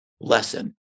lesson